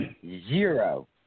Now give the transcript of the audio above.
zero